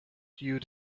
you